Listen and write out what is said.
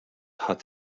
hat